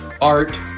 art